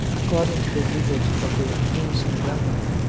according to the usages of the ancient romans,